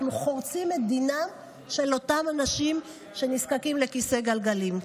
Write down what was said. אנחנו חורצים את דינם של אותם אנשים שנזקקים לכיסא גלגלים.